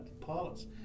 Pilots